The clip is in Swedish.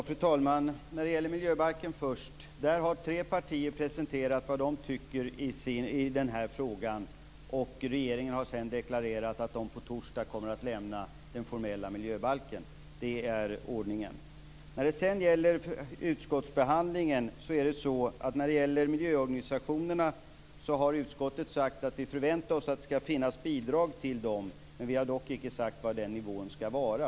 Fru talman! När det först gäller miljöbalken har tre partier presenterat vad de tycker i den här frågan. Regeringen har sedan deklarerat att man på torsdag kommer att lämna den formella miljöbalken. Det är ordningen. När det sedan gäller utskottsbehandlingen har utskottet sagt att vi förväntar oss att det skall finnas bidrag till miljöorganisationerna. Vi har dock inte sagt var nivån skall ligga.